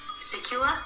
secure